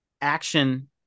action